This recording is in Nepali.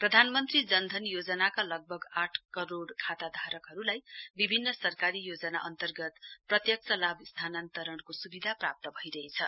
प्रधानमन्त्री जनधन योजनाका लगभग आठ करोइ खाताधारकहरुलाई विभिन्न सरकारी योजना अन्तर्गत प्रत्यक्ष लाभ स्थानान्तरणको सुविधा प्राप्त भइरहेछ